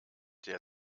der